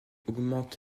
augmente